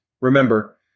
Remember